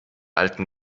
alten